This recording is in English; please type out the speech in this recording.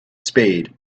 spade